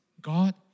God